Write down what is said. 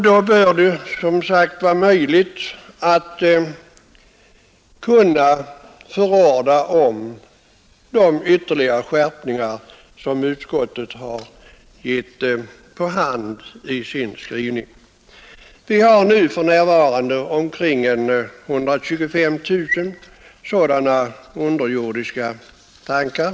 Då bör det som sagt vara möjligt att förordna om de ytterligare skärpningar som utskottet har angivit i sin skrivning. Vi har för närvarande omkring 125 000 underjordiska tankar.